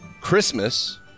Christmas